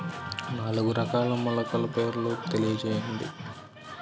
నాలుగు రకాల మొలకల పేర్లు తెలియజేయండి?